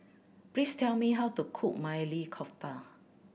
please tell me how to cook Maili Kofta